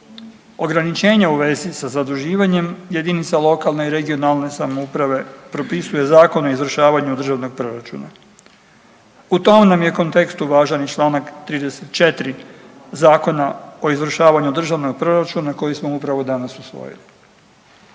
ograničenje u vezi sa zaduživanjem jedinica lokalne i regionalne samouprave, propisuje Zakon o izvršavanju državnog proračuna. U tom nam je kontekstu važan i čl. 34 Zakona o izvršavanju državnog proračuna koji smo upravo danas usvojili.